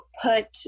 put